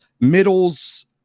middles